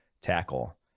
tackle